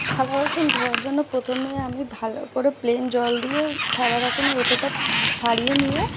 থালা বাসন ধোয়ার জন্য প্রথমে আমি ভালো করে প্লেন জল দিয়ে থালা বাসনের এঁঠোটা ছাড়িয়ে নিয়ে